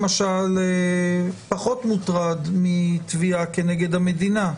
למשל, פחות מוטרד מתביעה כנגד המדינה,